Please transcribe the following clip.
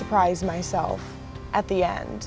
surprise myself at the end